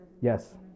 Yes